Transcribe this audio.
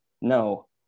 No